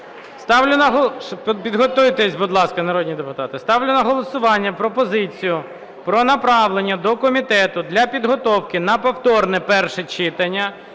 Підготуйтесь, будь ласка, народні депутати. Ставлю на голосування пропозицію про направлення до комітету для підготовки на повторне перше читання